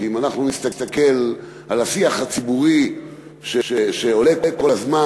כי אם אנחנו נסתכל על השיח הציבורי שעולה כל הזמן